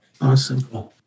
Awesome